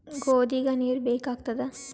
ಗೋಧಿಗ ನೀರ್ ಬೇಕಾಗತದ?